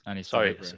Sorry